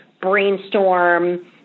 brainstorm